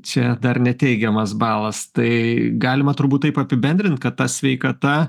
čia dar ne teigiamas balas tai galima turbūt taip apibendrint kad ta sveikata